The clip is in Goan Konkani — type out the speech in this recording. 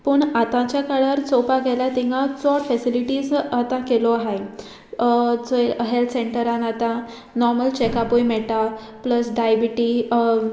पूण आतांच्या काळार चोवपाक गेल्यार तिंगा चोड फेसिलिटीज आतां केलो आहाय चोय हेल्त सेंटरान आतां नॉर्मल चॅकअपूय मेळटा प्लस डायबिटी